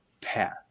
path